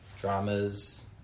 dramas